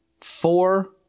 Four